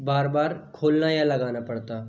बार बार खोलना या लगाना पड़ता